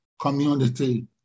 community